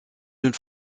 une